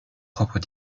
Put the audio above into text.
propres